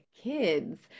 kids